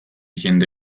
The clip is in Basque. jende